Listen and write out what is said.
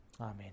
Amen